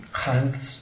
hands